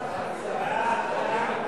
ההצעה להעביר את